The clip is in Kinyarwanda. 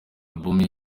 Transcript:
album